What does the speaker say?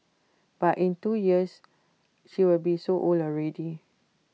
but in two years she will be so old already